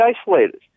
isolated